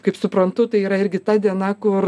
kaip suprantu tai yra irgi ta diena kur